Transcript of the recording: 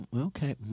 Okay